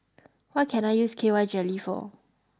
what can I use K Y Jelly for